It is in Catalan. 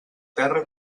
terra